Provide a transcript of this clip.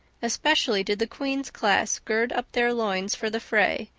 especially did the queen's class gird up their loins for the fray,